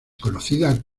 conocida